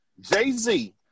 Jay-Z